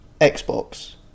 Xbox